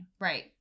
Right